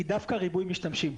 היא דווקא ריבוי משתמשים.